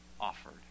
offered